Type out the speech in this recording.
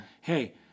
Hey